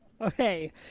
Okay